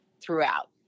throughout